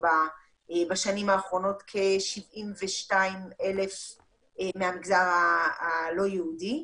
בשנים האחרונות כ-72,000 מהמגזר הלא יהודי,